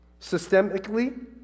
systemically